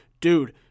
dude